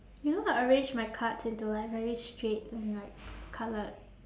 you know I arrange my cards into like very straight and like coloured